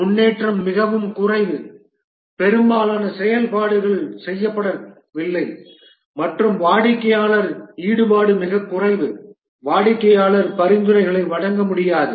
முன்னேற்றம் மிகவும் குறைவு பெரும்பாலான செயல்பாடுகள் செயல்படவில்லை மற்றும் வாடிக்கையாளர் ஈடுபாடு மிகக் குறைவு வாடிக்கையாளர் பரிந்துரைகளை வழங்க முடியாது